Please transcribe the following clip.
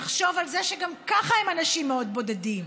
יחשוב על זה שגם ככה הם אנשים מאוד בודדים,